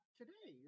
today